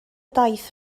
daith